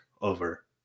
over